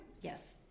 yes